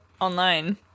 online